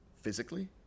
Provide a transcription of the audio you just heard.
physically